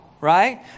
right